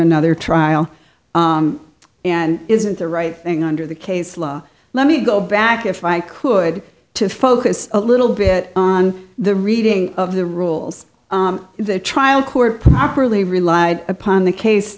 another trial and isn't the right thing under the case law let me go back if i could to focus a little bit on the reading of the rules in the trial court properly relied upon the case